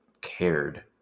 cared